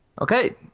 Okay